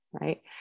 Right